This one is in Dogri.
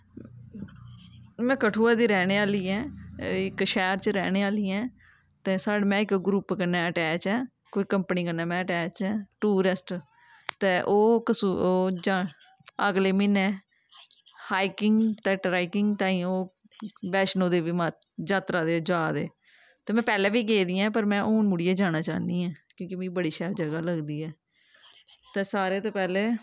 अच्छा में कठुए दी रैह्ने आह्ली इक शैह्र च रैह्ने आह्ली ऐ ते सा में इक ग्रुप कन्नै अटैच ऐ कोई कंपनी कन्नै में अटैच ऐं टूरिस्ट ते ओह् ओह् अगले म्हीने हाईकिंग ते ट्रैकिंग ताईं ओह् बैष्णो देवी मा जातरा दे जा दे ते में पैह्लें बी गेदी ऐं पर में हून मुड़ियै जाना चाह्न्नी ऐं क्योंकि मिगी बड़ी शैल जगह् लगदी ऐ ते सारों तो पैह्लें